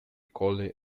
coli